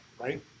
right